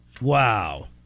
Wow